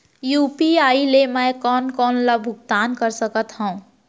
UPI ले मैं कोन कोन ला भुगतान कर सकत हओं?